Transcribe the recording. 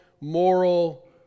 moral